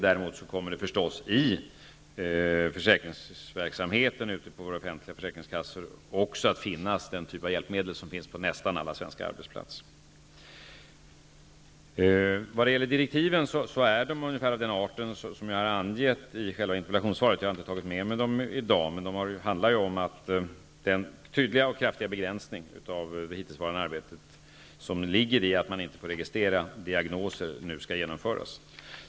Däremot kommer det förstås i försäkringsverksamheten på våra offentliga försäkringskassor också att finnas samma typ av hjälpmedel som finns på nästan alla svenska arbetsplatser. Direktiven är ungefär av den art som jag har angett i interpellationssvaret. Jag har inte tagit med mig direktiven hit i dag. De handlar i varje fall om att den tydliga och kraftiga begränsningen av det hittillsvarande arbetet -- dvs. att man inte får registrera diagnoser -- nu skall genomföras.